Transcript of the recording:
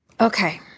Okay